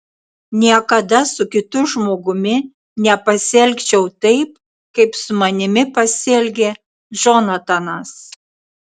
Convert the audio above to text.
niekada su kitu žmogumi nepasielgčiau taip kaip su manimi pasielgė džonatanas